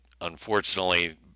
unfortunately